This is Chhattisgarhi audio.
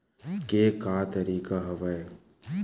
के का तरीका हवय?